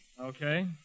Okay